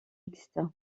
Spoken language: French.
mixte